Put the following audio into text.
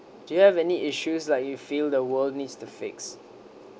do you have any issues like you feel the world needs to fix